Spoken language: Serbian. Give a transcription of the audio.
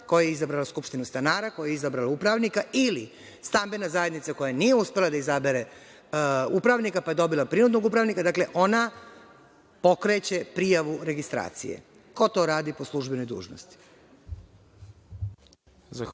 koja je izabrala od skupštinu stanara, koja je izabrala upravnika, ili stambena zajednica koja nije uspela da izabere upravnika, pa je dobila prinudnog upravnika, dakle ona pokreće prijavu registracije. Ko to radi po službenoj dužnosti?